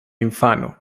infano